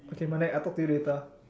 okay I talk to you later